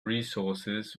resources